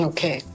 Okay